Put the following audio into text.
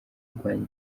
kurwanya